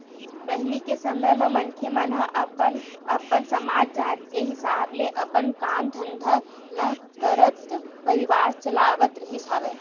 पहिली के समे म मनखे मन ह अपन अपन समाज, जात के हिसाब ले अपन काम धंधा ल करत परवार चलावत रिहिस हवय